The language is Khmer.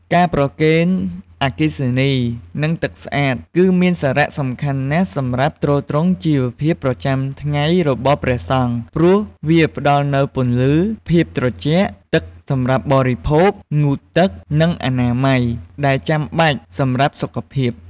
ការប្រគេនអគ្គិសនី និងទឹកស្អាត គឺមានសារៈសំខាន់ណាស់សម្រាប់ទ្រទ្រង់ជីវភាពប្រចាំថ្ងៃរបស់ព្រះសង្ឃ ព្រោះវាផ្ដល់នូវពន្លឺ ភាពត្រជាក់ ទឹកសម្រាប់បរិភោគ ងូតទឹក និងអនាម័យ ដែលចាំបាច់សម្រាប់សុខភាព។